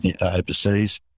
overseas